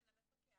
כן, למפקח.